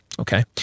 Okay